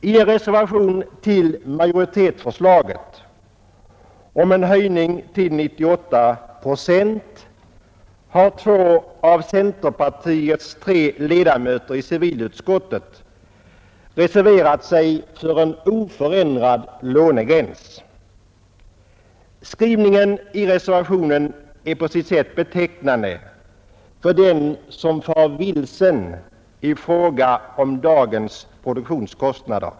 I en reservation till majoritetsförslaget om en höjning till 98 procent har två av centerpartiets tre ledamöter i civilutskottet reserverat sig för en oförändrad lånegräns. Skrivningen i reservationen är på sitt sätt betecknande för den som är vilsen i fråga om dagens produktionskostnader.